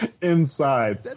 inside